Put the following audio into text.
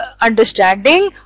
understanding